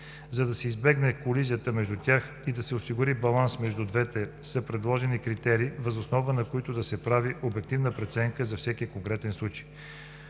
За да се избегне колизията между тях и да се осигури баланс между двете, са предложени критерии, въз основа на които да се прави обективна преценка за всеки конкретен случай.